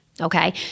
okay